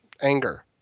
anger